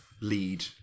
lead